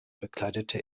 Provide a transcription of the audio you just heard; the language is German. bekleidete